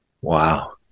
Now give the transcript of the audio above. Wow